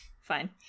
Fine